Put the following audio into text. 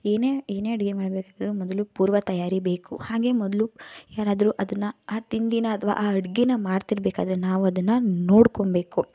ಏನೇ ಏನೇ ಅಡುಗೆ ಮಾಡಬೇಕಿದ್ರು ಮೊದಲು ಪೂರ್ವ ತಯಾರಿ ಬೇಕು ಹಾಗೆ ಮೊದಲು ಯಾರಾದ್ರೂ ಅದನ್ನು ಆ ತಿಂಡಿನ ಅಥ್ವಾ ಆ ಅಡುಗೆನ ಮಾಡ್ತಿರಬೇಕಾದ್ರೆ ನಾವು ಅದನ್ನು ನೋಡ್ಕೊಳ್ಬೇಕು